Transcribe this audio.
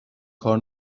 کار